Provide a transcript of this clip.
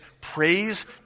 praise